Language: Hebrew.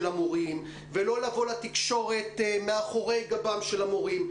המורים ולא לבוא לתקשורת מאחורי גבם של המורים,